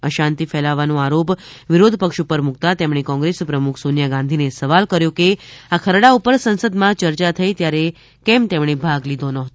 અશાંતિ ફેલાવવાનો આરોપ વિરોધ પક્ષ ઉપર મુક્તા તેમણે કોંગ્રેસ પ્રમુખ સોનિયા ગાંધી ને સવાલ કર્યો હતો કે આ ખરડા ઉપર સંસદમાં ચર્ચા થઈ ત્યારે કેમ તેમણે ભાગ લીધો નહોતો